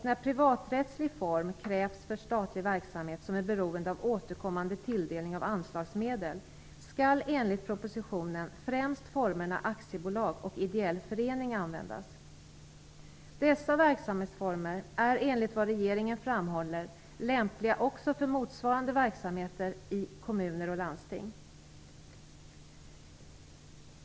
När privaträttslig form krävs för statlig verksamhet som är beroende av återkommande tilldelning av anslagsmedel skall enligt propositionen främst formerna aktiebolag och ideell förening användas. Dessa verksamhetsformer är enligt vad regeringen framhåller lämpliga också för motsvarande verksamheter i kommuner och landsting.